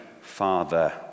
Father